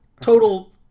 total